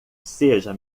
seja